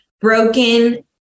broken